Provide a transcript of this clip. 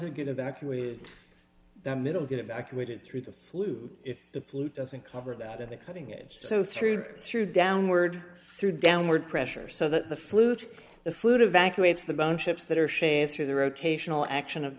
it get evacuated the middle get evacuated through the flue if the flute doesn't cover that at the cutting edge so through through downward through downward pressure so that the flute the flute evacuates the bone chips that are shaped through the rotational action of